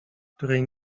której